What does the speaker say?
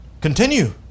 Continue